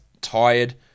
tired